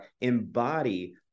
embody